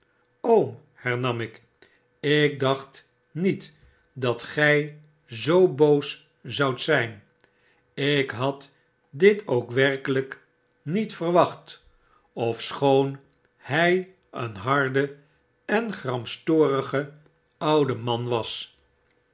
hernam ik ik dacht niet dat gij zoo boos zoudt zijn ik had dit ook werkelijk niet verwacht ofschoon hij een harde en gramstorige oude man was